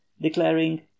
declaring